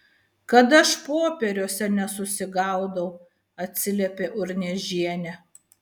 kad aš popieriuose nesusigaudau atsiliepė urniežienė